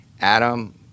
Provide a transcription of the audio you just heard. Adam